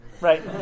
Right